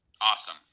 Awesome